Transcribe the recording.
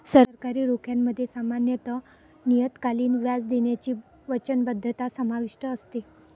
सरकारी रोख्यांमध्ये सामान्यत नियतकालिक व्याज देण्याची वचनबद्धता समाविष्ट असते